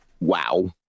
Wow